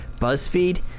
BuzzFeed